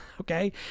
Okay